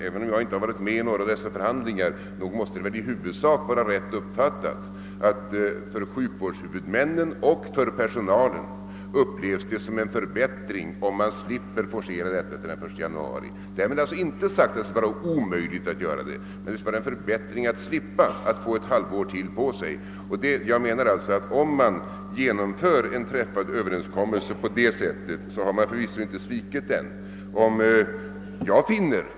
även om jag inte har deltagit i dessa förhandlingar är det väl rätt uppfattat av mig att sjukvårdshuvudmännen och personalen upplever det som en förbättring om de slipper forcera fram hela reformen till den 1 januari? Därmed har jag inte sagt att det skulle vara omöjligt att göra det, utan endast att det skulle vara en förbättring om man fick ytterligare ett halvår på sig. Om man genomför en träffad överenskommelse på det sättet, har man förvisso inte svikit sin förhandlingspartner.